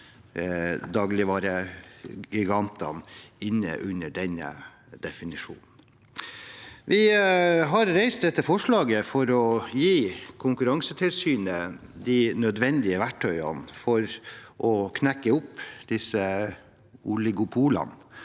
dagligvaregigantene inn under denne definisjonen. Vi har reist dette forslaget for å gi Konkurransetilsynet de nødvendige verktøyene for å knekke opp disse oligopolene,